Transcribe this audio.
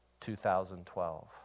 2012